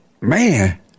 Man